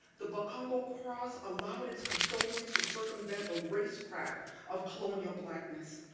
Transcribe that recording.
the bakongo cross allowed its custodians to circumvent the racecraft of colonial blackness,